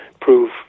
prove